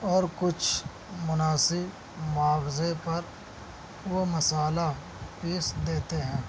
اور کچھ مناسب معاوضے پر وہ مصالحہ پیس دیتے ہیں